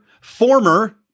former